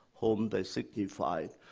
whom they signified.